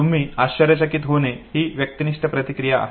तुम्ही आश्चर्यचकित होणे ही व्यक्तिनिष्ठ प्रतिक्रिया आहे